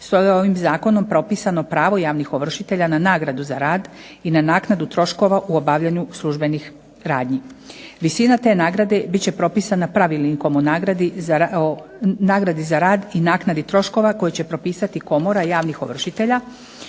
Stoga je ovim zakonom propisano pravo javnih ovršitelja na nagradu za rad i na naknadu troškova u obavljanju službenih radnji. Visina te nagrade bit će propisana Pravilnikom o nagradi za rad i naknadi troškova koju će propisati Komora javnih ovršitelja